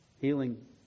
healing